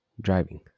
driving